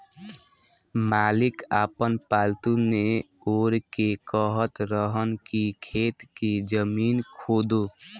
मालिक आपन पालतु नेओर के कहत रहन की खेत के जमीन खोदो